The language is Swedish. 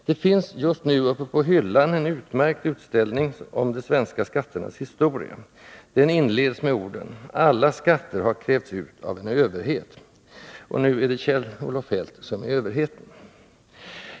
Det finns just nu uppe på ”hyllan” en utmärkt utställning om de svenska skatternas historia. Den inleds med orden: ”Alla skatter har krävts ut av en överhet.” Nu är det Kjell-Olof Feldt som är överheten.